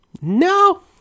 no